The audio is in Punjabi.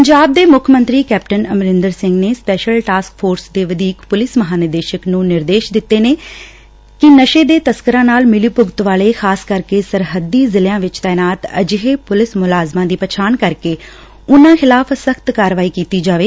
ਪੰਜਾਬ ਦੇ ਮੁੱਖ ਮੰਤਰੀ ਕੈਪਟਨ ਅਮਰਿੰਦਰ ਸਿੰਘ ਨੇ ਸਪਸ਼ੈਲ ਟਾਸਕ ਫੋਰਸ ਦੇ ਵਧੀਕ ਪੁਲਿਸ ਮਹਾਂਨਿਦੇਸ਼ਕ ਨੂੰ ਨਿਰਦੇਸ਼ ਦਿੱਤੇ ਨੇ ਕਿ ਨਸ਼ੇ ਦੇ ਤਸਕਰਾਂ ਨਾਲ ਮਿਲੀਭੁਗਤ ਵਾਲੇ ਖ਼ਾਸ ਕਰਕੇ ਸਰਹੱਦੀ ਜ਼ਿਲ੍ਹਿਆਂ ਚ ਤੈਨਾਤ ਅਜਿਹੇ ਪੁਲਿਸ ਮੁਲਾਜ਼ਮਾਂ ਦੀ ਪਛਾਣ ਕਰਕੇ ਉਨੂਾਂ ਖਿਲਾਫ਼ ਸਖ਼ਤ ਕਾਰਵਾਈ ਕੀਤੀ ਜਾਵੇ